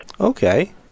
Okay